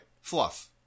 Fluff